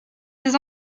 des